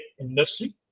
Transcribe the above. industry